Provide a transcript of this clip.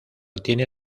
tiene